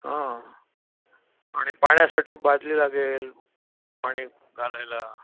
हां आणि पाण्यासाठी बादली लागेल पाणी घालायला